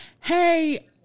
Hey